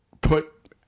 put